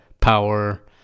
power